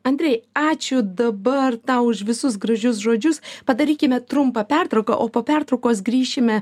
andrei ačiū dabar tau už visus gražius žodžius padarykime trumpą pertrauką o po pertraukos grįšime